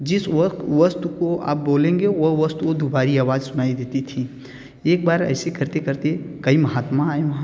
जिस वस्तु को आप बोलेंगे वह वस्तु वह दुबारी आवाज़ सुनाई देती थी एक बार ऐसे करते करते कई महात्मा आए वहाँ